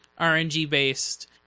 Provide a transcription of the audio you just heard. RNG-based